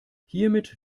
hiermit